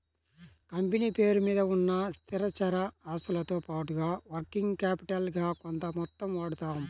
company పేరు మీద ఉన్న స్థిరచర ఆస్తులతో పాటుగా వర్కింగ్ క్యాపిటల్ గా కొంత మొత్తం వాడతాం